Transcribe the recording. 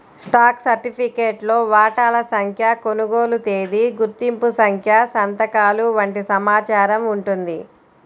stock సర్టిఫికేట్లో వాటాల సంఖ్య, కొనుగోలు తేదీ, గుర్తింపు సంఖ్య సంతకాలు వంటి సమాచారం ఉంటుంది